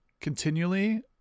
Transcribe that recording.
continually